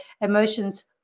emotions